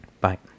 Bye